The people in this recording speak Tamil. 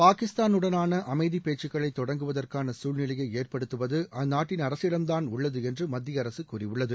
பாகிஸ்தானுடனான அமைதிப் பேச்சுக்களைத் தொடங்குவதற்கான சூழ்நிலையை ஏற்படுத்துவது அந்நாட்டின் அரசிடம் தான் உள்ளது என்று மத்திய அரசு கூறியுள்ளது